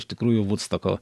iš tikrųjų vudstoko